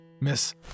Miss